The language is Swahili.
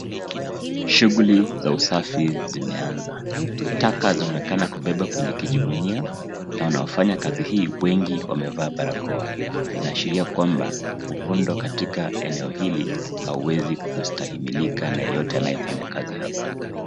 Shuguli za usafi zimeanza. Taka zaonekana kubebwa kwenye kijigunia na wanofanya kazi hii wengi wamevaa barakoa inaashiria ya kwamba uvundo katika eneo hili hauwezi kustahimilika na yeyote anayefanya kazi hapa.